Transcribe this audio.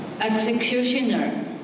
executioner